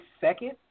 second